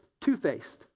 two-faced